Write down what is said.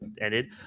ended